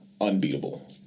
unbeatable